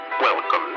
Welcome